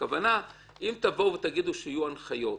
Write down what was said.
אם תגידו שיהיו הנחיות,